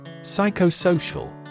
Psychosocial